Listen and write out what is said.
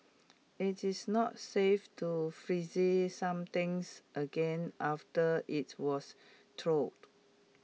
IT is not safe to freezing something again after IT was thawed